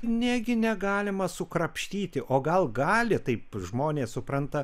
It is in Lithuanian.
negi negalima sukrapštyti o gal gali taip žmonės supranta